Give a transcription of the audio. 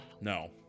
No